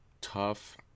tough